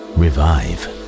revive